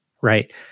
right